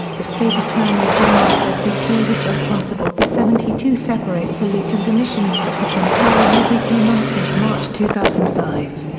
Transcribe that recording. the state attorney general said bp was responsible for seventy two separate pollutant emissions that have been occurring every few months since march two thousand and five.